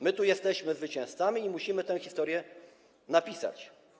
My tu jesteśmy zwycięzcami i musimy tę historię napisać.